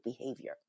behavior